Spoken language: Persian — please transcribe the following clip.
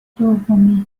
دومی